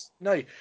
No